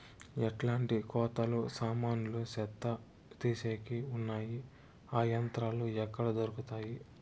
ఎట్లాంటి కోతలు సామాన్లు చెత్త తీసేకి వున్నాయి? ఆ యంత్రాలు ఎక్కడ దొరుకుతాయి?